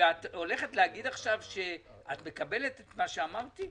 ואת הולכת להגיד עכשיו שאת מקבלת את מה שאמרתי?